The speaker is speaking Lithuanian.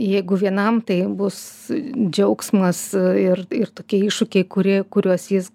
jeigu vienam tai bus džiaugsmas ir ir tokie iššūkiai kurie kuriuos jis